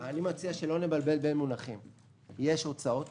יש הוצאות